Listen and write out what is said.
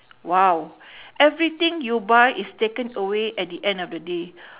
!wow! everything you buy is taken away at the end of the day